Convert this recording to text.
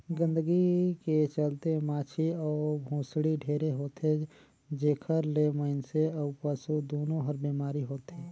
गंदगी के चलते माछी अउ भुसड़ी ढेरे होथे, जेखर ले मइनसे अउ पसु दूनों ल बेमारी होथे